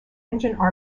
engine